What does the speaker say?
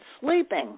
sleeping